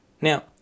Now